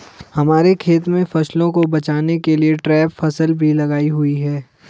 हमारे खेत में फसलों को बचाने के लिए ट्रैप फसल भी लगाई हुई है